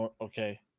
Okay